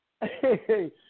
hey